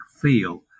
feel